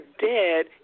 dead